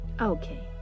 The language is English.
Okay